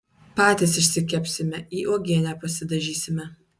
patys išsikepsime į uogienę pasidažysime